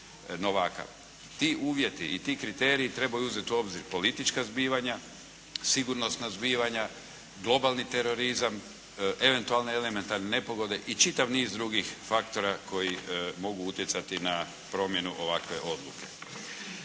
Ti uvjeti i ti kriteriji trebaju uzeti u obzir politička zbivanja, sigurnosna zbivanja, globalni terorizam, eventualne elementarne nepogode i čitav niz drugih faktora koji mogu utjecati na promjenu ovakve odluke.